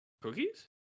Cookies